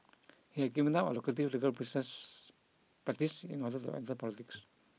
he had given up a lucrative legal process practice in order to enter politics